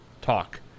talk